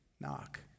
knock